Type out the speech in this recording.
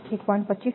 તેથી r 1